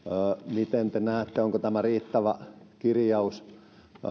miten te näette onko tämä riittävä kirjaus